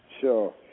Sure